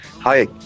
Hi